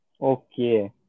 Okay